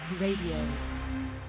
Radio